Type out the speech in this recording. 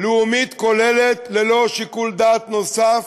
לאומית כוללת ללא שיקול דעת נוסף,